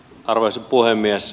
arvoisa puhemies